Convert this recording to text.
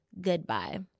Goodbye